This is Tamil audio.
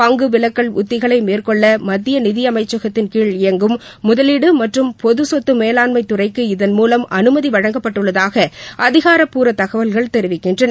பங்கு விலக்கல் உத்திகளை மேற்கொள்ள மத்திய நிதியமைச்சகத்தின் கீழ் இயங்கும் மற்றும் பொதுச்சொத்து மேலாண்மை துறைக்கு இதன் மூலம் அனுமதி முதலீடு வழங்கப்பட்டுள்ளதாக அதிகாரப்பூர்வ தகவல்கள் தெரிவிக்கின்றன